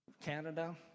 Canada